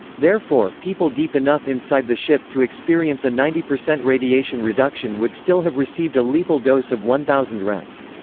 therefore, people deep enough inside the ship to experience a ninety percent radiation reduction would still have received a lethal dose of one thousand rems.